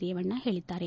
ರೇವಣ್ಣ ಹೇಳಿದ್ದಾರೆ